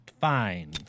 fine